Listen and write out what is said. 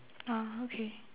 uh okay